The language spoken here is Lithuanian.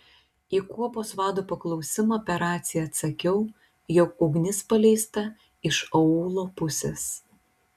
į kuopos vado paklausimą per raciją atsakiau jog ugnis paleista iš aūlo pusės